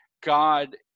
god